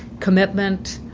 commitment,